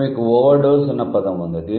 ఇప్పుడు మీకు overdose అన్న పదం ఉంది